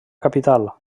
capital